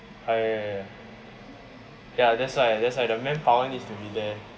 oh ya ya ya ya ya that's why that's why the manpower needs to be there